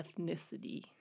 ethnicity